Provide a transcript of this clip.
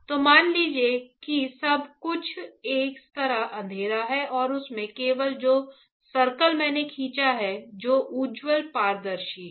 तो मान लीजिए कि सब कुछ इस तरह अंधेरा है और उसमें केवल जो सर्कल मैंने खींचा है जो उज्ज्वल पारदर्शी है